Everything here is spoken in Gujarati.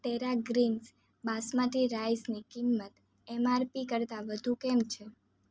ટેરા ગ્રીન્સ બાસમતી રાઈસની કિંમત એમઆરપી કરતાં વધુ કેમ છે